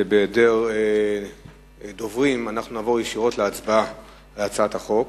בהעדר דוברים, לעבור ישירות להצבעה על הצעת החוק.